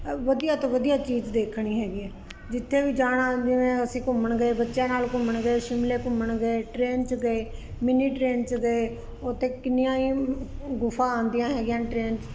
ਵਧੀਆ ਤੋਂ ਵਧੀਆ ਚੀਜ਼ ਦੇਖਣੀ ਹੈਗੀ ਐ ਜਿੱਥੇ ਵੀ ਜਾਣਾ ਜਿਵੇਂ ਅਸੀਂ ਘੁੰਮਣ ਗਏ ਬੱਚਿਆਂ ਨਾਲ ਘੁੰਮਣ ਗਏ ਸ਼ਿਮਲੇ ਘੁੰਮਣ ਗਏ ਟ੍ਰੇਨ 'ਚ ਗਏ ਮਿੰਨੀ ਟ੍ਰੇਨ 'ਚ ਗਏ ਓਥੇ ਕਿੰਨੀਆਂ ਹੀ ਗੁਫਾ ਆਉਂਦੀਆਂ ਹੈਗੀਆਂ ਟ੍ਰੇਨ 'ਚ